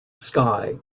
sky